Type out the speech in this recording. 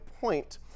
point